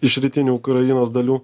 iš rytinių ukrainos dalių